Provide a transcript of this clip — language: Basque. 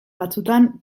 batzuetan